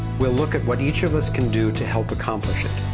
we'll look at what each of us can do to help accomplish it.